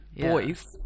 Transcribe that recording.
boys